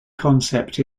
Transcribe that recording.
concept